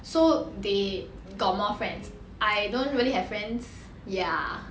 so they got more friends I don't really have friends ya